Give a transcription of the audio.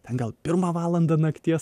ten gal pirmą valandą nakties